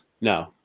no